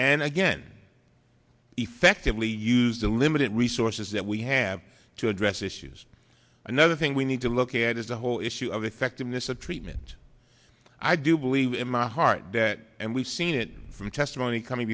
and again effectively use the limited resources that we have to address issues another thing we need to look at is the whole issue of effectiveness of treatment i do believe in my heart that and we've seen it from testimony coming